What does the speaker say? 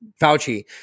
Fauci